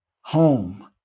home